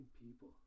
People